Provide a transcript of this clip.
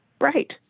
Right